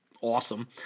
awesome